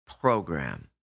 program